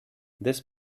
this